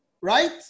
Right